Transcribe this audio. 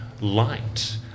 light